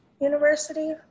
University